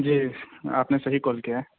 جی آپ نے صحیح کال کیا ہے